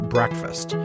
Breakfast